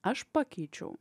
aš pakeičiau